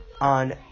on